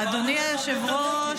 באנו לכבד את הנגב.